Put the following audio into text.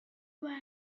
world